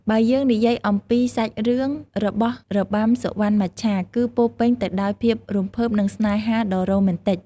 បើយើងនិយាយអំពី សាច់រឿងរបស់របាំសុវណ្ណមច្ឆា គឺពោរពេញទៅដោយភាពរំភើបនិងស្នេហាដ៏រ៉ូមែនទិក។